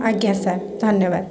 ଆଜ୍ଞା ସାର୍ ଧନ୍ୟବାଦ